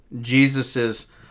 jesus's